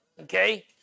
Okay